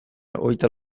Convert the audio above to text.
hogeita